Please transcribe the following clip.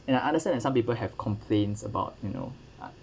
and I understand that some people have complaints about you know uh